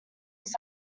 was